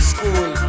School